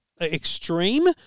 extreme